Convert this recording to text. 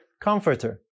Comforter